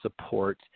support